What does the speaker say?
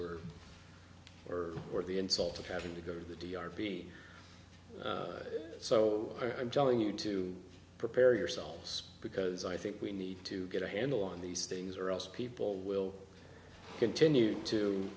or or or the insult of having to go to the d r p so i'm telling you to prepare yourselves because i think we need to get a handle on these things or else people will continue to